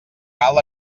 pal